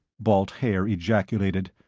balt haer ejaculated.